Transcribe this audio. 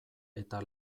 eta